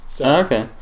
Okay